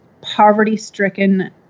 poverty-stricken